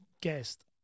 guest